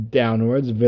downwards